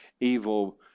evil